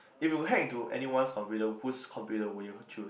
if you were to hack into anyone's computer who's computer would you choose